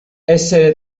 essere